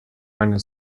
eine